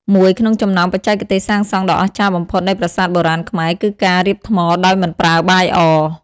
មួយក្នុងចំណោមបច្ចេកទេសសាងសង់ដ៏អស្ចារ្យបំផុតនៃប្រាសាទបុរាណខ្មែរគឺការរៀបថ្មដោយមិនប្រើបាយអ។